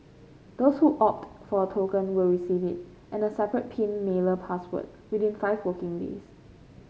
those who opt for a token will receive it and a separate pin mailer password within five working days